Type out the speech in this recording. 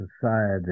society